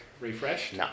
refreshed